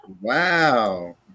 Wow